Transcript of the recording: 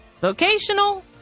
vocational